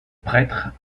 prêtre